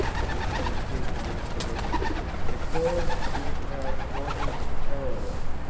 and which had escaped my observation. securus judicat orbis terrarum.